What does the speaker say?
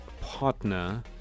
partner